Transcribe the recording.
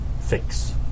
Fix